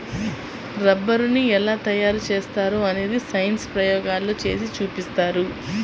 రబ్బరుని ఎలా తయారు చేస్తారో అనేది సైన్స్ ప్రయోగాల్లో చేసి చూపిస్తారు